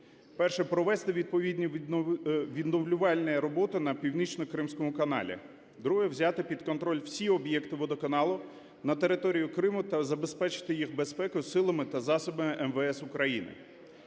перше – провести відповідні відновлювальні роботи на Північнокримському каналі; друге – взяти всі об'єкти водоканалу на територію Криму та забезпечити їх безпекою силами та засобами МВС України;